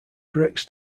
bricks